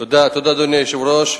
אדוני היושב-ראש,